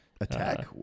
attack